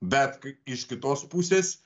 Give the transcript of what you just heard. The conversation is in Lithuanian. bet iš kitos pusės